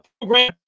program